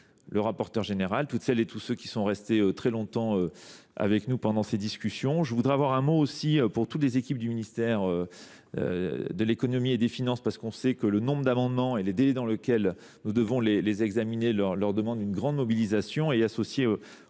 le rapporteur général, toutes celles et tous ceux qui sont restés très longtemps avec nous pendant ces discussions. Je voudrais avoir un mot aussi pour toutes les équipes du ministère de l'économie et des finances parce qu'on sait que le nombre d'amendements et les délais dans lesquels nous devons les examiner leur demande d'une grande mobilisation et associer aussi